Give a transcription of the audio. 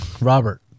Robert